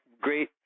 great